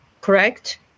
Correct